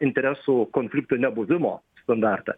interesų konfliktų nebuvimo standartą